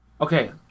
Okay